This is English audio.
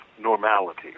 normality